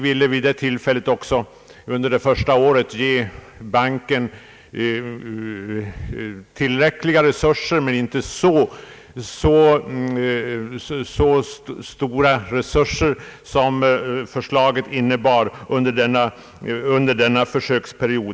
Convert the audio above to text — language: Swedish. Vi ville också under denna försöksperiod ge banken tillräcklig utlåningskapacitet, men inte så stora resurser som propositionen innebar.